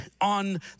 on